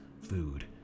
food